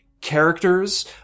characters